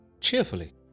cheerfully